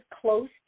close